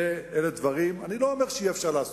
אלה דברים, ואני לא אומר שאי-אפשר לעשות.